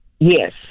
Yes